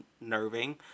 nerving